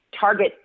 target